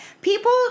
people